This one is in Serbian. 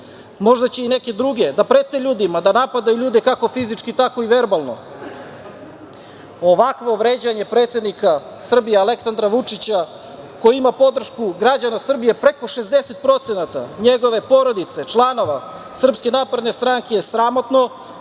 možda će i neke druge, da prete ljudima, da napadaju ljude kako fizički, tako i verbalno? Ovakvo vređanje predsednika Srbije Aleksandra Vučića, koji ima podršku građana Srbije preko 60%, njegove porodice, članova SNS je sramotno